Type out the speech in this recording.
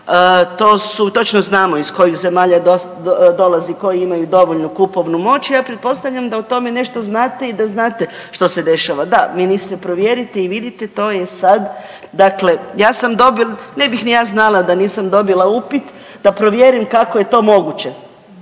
Točno znamo iz kojih zemalja dolazi koji imaju dovoljnu kupovnu moć i ja pretpostavljam da o tome nešto znate i da znate što se dešava. Da ministre provjerite i vidite, to je sada, dakle ja sam dobila, ne bih ni ja znala da nisam dobila upit da provjerim kako je to moguće.